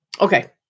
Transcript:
Okay